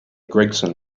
gregson